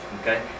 okay